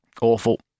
Awful